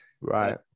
Right